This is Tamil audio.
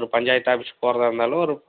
ஒரு பஞ்சாயத்து ஆஃபீஸ் போறதாகருந்தாலும் ஒரு